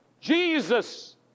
Jesus